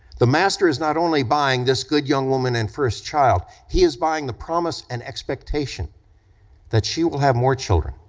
the master is not only buying this good young woman and first child, he is buying the promise and expectation that she will have more children,